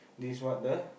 this is what the